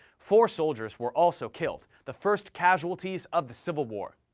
four soldiers were also killed, the first casualties of the civil war.